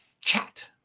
chat